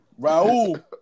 Raul